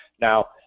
Now